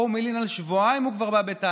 פה הוא מלין, על שבועיים הוא כבר בא בטענות,